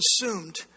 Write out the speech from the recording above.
consumed